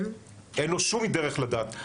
אין לו שום דרך לדעת.